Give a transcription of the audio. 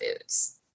foods